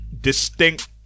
distinct